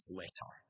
letter